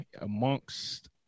amongst